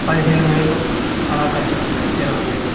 పదిహేను వేలు అలా ఖర్చు అవుతుందండి ఇరవై వేలు